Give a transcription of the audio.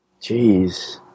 Jeez